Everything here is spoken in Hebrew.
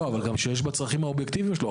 לא, אבל גם שיש בה את הצרכים האובייקטיביים שלו.